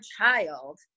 child